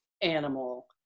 animal